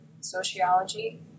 sociology